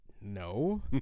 No